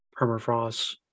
Permafrost